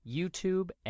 YouTube